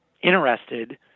interested